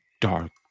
dark